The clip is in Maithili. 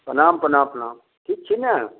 प्रणाम प्रणाम प्रणाम ठीक छी ने